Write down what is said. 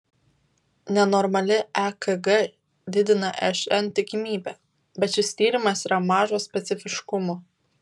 nenormali ekg didina šn tikimybę bet šis tyrimas yra mažo specifiškumo